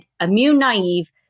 immune-naive